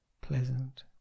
pleasant